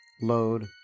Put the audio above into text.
load